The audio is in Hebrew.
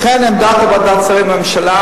לכן עמדת ועדת השרים והממשלה,